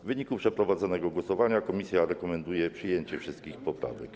W wyniku przeprowadzonego głosowania komisja rekomenduje przyjęcie wszystkich poprawek.